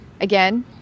again